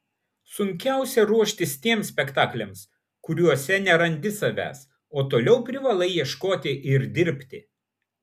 sunkiausia ruoštis tiems spektakliams kuriuose nerandi savęs o toliau privalai ieškoti ir dirbti